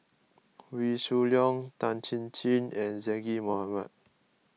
Wee Shoo Leong Tan Chin Chin and Zaqy Mohamad